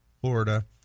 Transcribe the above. Florida